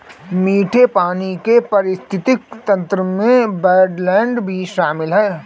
मीठे पानी के पारिस्थितिक तंत्र में वेट्लैन्ड भी शामिल है